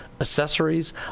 accessories